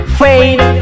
fade